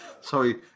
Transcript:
Sorry